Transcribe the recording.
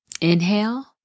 inhale